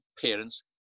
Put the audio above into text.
parents